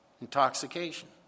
intoxication